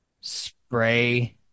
spray